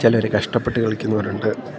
ചിലവർ കഷ്ടപ്പെട്ട് കളിക്കുന്നവരുണ്ട്